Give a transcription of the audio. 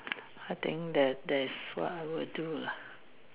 I think that there's what I will do lah